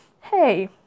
hey